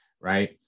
right